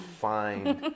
find